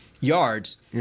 yards